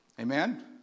Amen